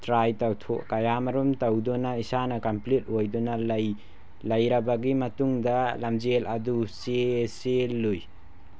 try ꯇꯧꯊꯣꯛ ꯀꯌꯥ ꯑꯃꯔꯣꯝ ꯇꯧꯗꯨꯅ ꯏꯁꯥꯅ ꯀꯝꯄ꯭ꯂꯤꯠ ꯑꯣꯏꯗꯨꯅ ꯂꯩ ꯂꯩꯔꯕꯒꯤ ꯃꯇꯨꯡꯗ ꯂꯝꯖꯦꯜ ꯑꯗꯨ ꯆꯦꯜꯂꯨꯏ